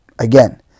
again